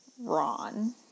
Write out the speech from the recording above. Ron